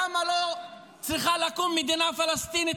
למה לא צריכה לקום מדינה פלסטינית,